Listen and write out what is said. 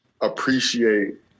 appreciate